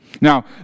Now